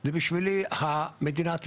זה בשבילי מדינת ישראל.